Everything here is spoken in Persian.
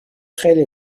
خیلی